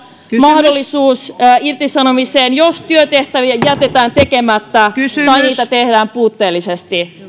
mahdollisuus irtisanomiseen jos työtehtäviä jätetään tekemättä tai niitä tehdään puutteellisesti